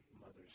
Mother's